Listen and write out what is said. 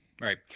Right